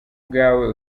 bwawe